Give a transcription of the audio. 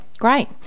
Great